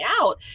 out